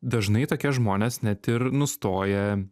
dažnai tokie žmonės net ir nustoja